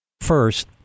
First